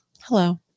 Hello